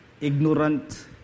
ignorant